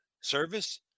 service